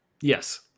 Yes